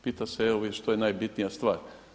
Pita se evo što je najbitnija stvar.